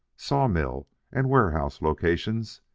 sawmill and warehouse locations,